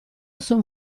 son